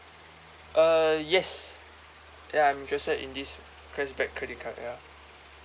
uh yes ya I'm interested in this cashback credit card ya